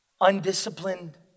undisciplined